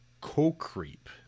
co-creep